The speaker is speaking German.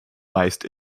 meist